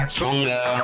Stronger